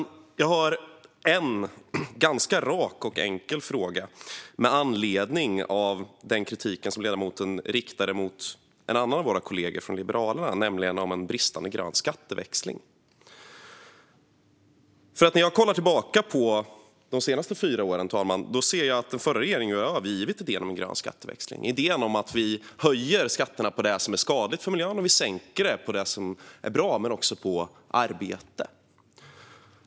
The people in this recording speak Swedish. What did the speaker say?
Jag har en ganska rak och enkel fråga med anledning av den kritik som ledamoten riktar mot en annan av våra kolleger från Liberalerna, nämligen om en bristande grön skatteväxling. När jag ser tillbaka på de senaste fyra åren ser jag att den förra regeringen övergivit idén om grön skatteväxling, idén om att man höjer skatterna på det som är skadligt för miljön medan man sänker skatterna på det som är bra. Man sänker också skatten på arbete.